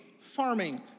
farming